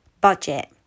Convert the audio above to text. budget